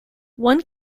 one